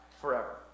forever